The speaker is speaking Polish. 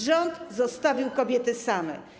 Rząd zostawił kobiety same.